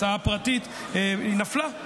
הצעה פרטית נפלה,